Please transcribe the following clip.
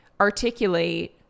articulate